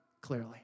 clearly